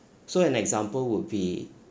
so an example would be